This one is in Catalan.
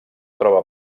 troba